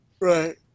Right